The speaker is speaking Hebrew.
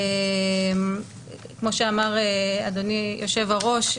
כמו שאמר היושב-ראש,